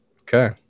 Okay